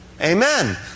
Amen